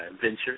venture